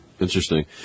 Interesting